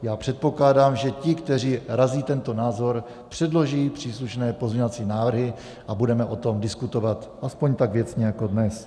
Já předpokládám, že ti, kteří razí tento názor, předloží příslušné pozměňovací návrhy a budeme o tom tak diskutovat aspoň tak věcně jako dnes.